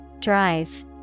Drive